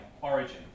origin